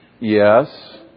yes